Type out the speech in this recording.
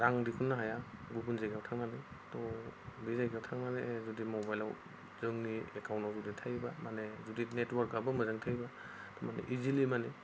रां दिहुननो हाया गुबुन जायगायाव थांनानै त' बे जायगायाव थांनानै आं जुदि मबाइलाव जोंनि एकाउन्टआव जुदि थायोबा माने जुदि नेटवर्कआबो मोजां थायोबा माने इजिलि माने